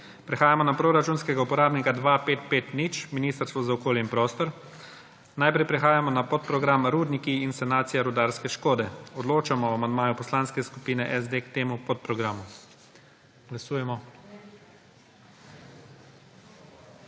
Prehajamo na proračunskega uporabnika 2550 – Ministrstvo za okolje in prostor. Najprej prehajamo na podprogram Rudniki in sanacija rudarske škode. Odločamo o amandmaju Poslanske skupine SD k temu podprogramu. Glasujemo.